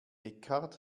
eckhart